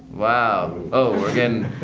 wow. oh, we're getting.